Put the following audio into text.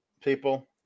people